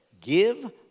give